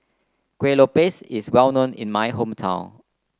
Kueh Lopes is well known in my hometown